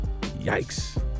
Yikes